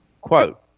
quote